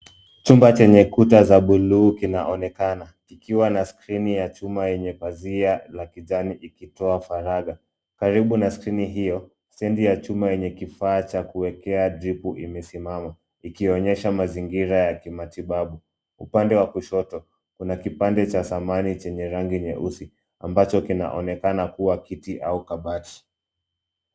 Chumba chenye kuta za bluu kinaonekana kikiwa na skirini ya chuma yenye pazia la kijani ikitoa faragha. Karibu na skirini hio, stendi ya chuma yenye kifaa ya kuwekea tibu imesimama ikionyesha mazingira ya kimatibabu. Upande wa kushoto, kuna kipande cha samani chenye rangi nyeusi ambacho kinaonekana kuwa kiti au kabati.